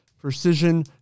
Precision